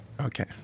Okay